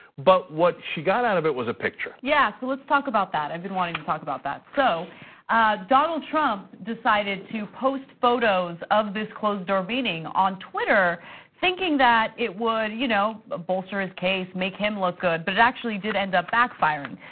but what she got out of it was a picture. yeah, so let's talk about that. i've been wanting to talk about that. so donald trump decided to post photos of this closed door meeting on twitter thinking that it would, you know a blusterous case make him look good but actually did end up backfiring.